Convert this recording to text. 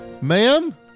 ma'am